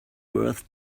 worth